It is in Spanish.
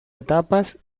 etapas